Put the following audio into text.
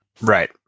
Right